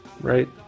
right